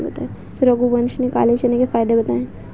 रघुवंश ने काले चने के फ़ायदे बताएँ